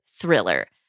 thriller